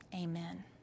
Amen